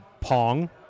Pong